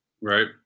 right